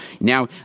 Now